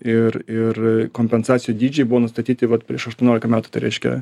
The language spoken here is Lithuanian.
ir ir kompensacijų dydžiai buvo nustatyti vat prieš aštuoniolika metų tai reiškia